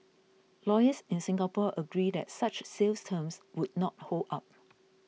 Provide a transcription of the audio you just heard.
lawyers in Singapore agree that such sales terms would not hold up